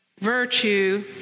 virtue